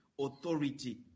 authority